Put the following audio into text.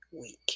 week